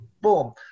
boom